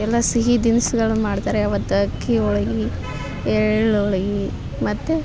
ಎಲ್ಲ ಸಿಹಿ ತಿನ್ಸುಗಳ್ ಮಾಡ್ತಾರೆ ಅವತ್ತು ಅಕ್ಕಿ ಹೋಳ್ಗೆ ಎಳ್ಳು ಹೋಳ್ಗೆ ಮತ್ತು